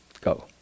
Go